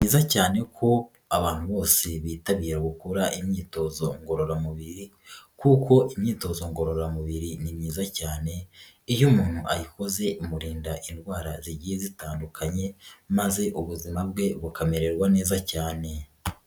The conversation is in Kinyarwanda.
Ni byiza cyane ko abantu bose bitabira gukora imyitozo ngororamubiri kuko imyitozo ngororamubiri ni myiza cyane, iyo umuntu ayikoze imurinda indwara zigiye zitandukanye, maze ubuzima bwe bukamererwa neza cyane.